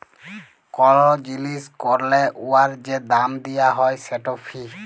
call জিলিস ক্যরলে উয়ার যে দাম দিয়া হ্যয় সেট ফি